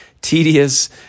tedious